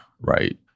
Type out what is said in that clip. right